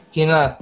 Kina